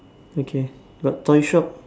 okay got toy shop